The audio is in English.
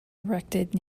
erected